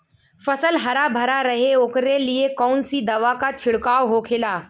फसल हरा भरा रहे वोकरे लिए कौन सी दवा का छिड़काव होखेला?